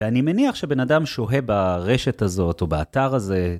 ואני מניח שבן אדם שוהה ברשת הזאת או באתר הזה...